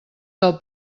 del